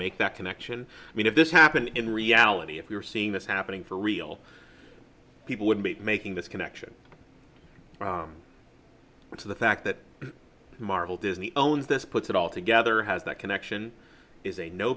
make that connection i mean if this happened in reality if you're seeing this happening for real people wouldn't be making this connection so the fact that marvel disney owns this puts it all together has that connection is a no